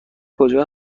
کجا